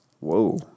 Whoa